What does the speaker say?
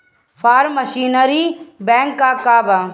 Form machinery bank का बा?